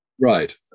Right